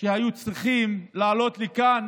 שהיו צריכים לעלות לכאן